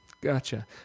Gotcha